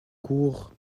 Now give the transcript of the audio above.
court